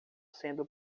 sendo